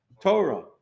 Torah